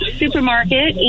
supermarket